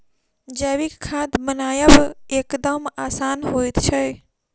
जैविक खाद बनायब एकदम आसान होइत छै